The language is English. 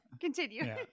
Continue